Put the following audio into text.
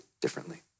differently